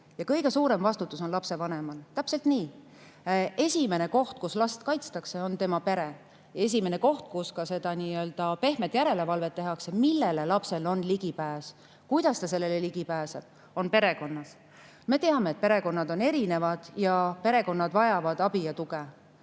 ja kõige suurem vastutus on lapsevanemal. Täpselt nii. Esimene, kes last kaitseb, on tema pere. Esimene, kes nii-öelda pehmet järelevalvet teeb, millele lapsel on ligipääs, kuidas ta sellele ligi pääseb, on perekond. Me teame, et perekonnad on erinevad ja perekonnad vajavad abi ja tuge.